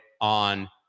on